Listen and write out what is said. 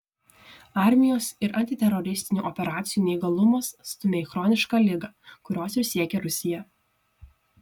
armijos ir antiteroristinių operacijų neįgalumas stumia į chronišką ligą kurios ir siekia rusija